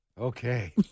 Okay